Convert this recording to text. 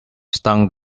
stung